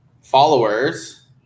followers